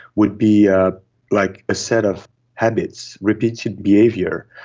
would be ah like a set of habits, repeated behaviour,